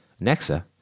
Nexa